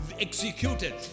executed